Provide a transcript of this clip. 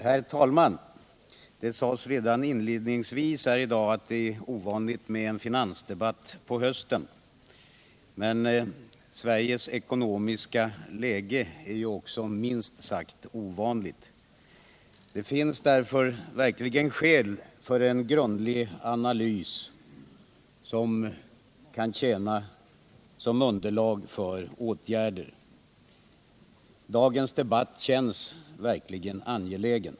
Herr talman! Det sades redan inledningsvis här i dag att det är ovanligt med en finansdebatt på hösten. Men Sveriges ekonomiska läge är ju också minst sagt ovanligt. Det finns därför verkligen skäl för en grundlig analys, som kan tjäna som underlag för åtgärder. Dagens debatt känns verkligen angelägen.